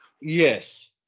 yes